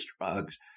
drugs